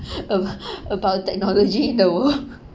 about about technology in the world